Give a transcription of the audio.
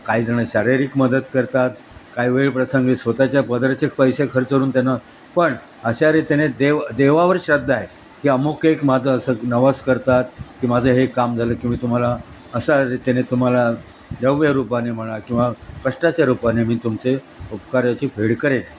काहीजण शारीरिक मदत करतात काही वेळ प्रसंगी स्वत च्या पदरचे पैसे खर्चवरून त्याना पण अशारितीने देव देवावर श्रद्धा आहे की अमूक एक माझं असं नवस करतात की माझं हे काम झालं की मी तुम्हाला अशारितीने तुम्हाला दव्य रूपाने म्हणा किंवा कष्टाच्या रूपाने मी तुमचे उपकाराची फेड करेन